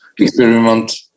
experiment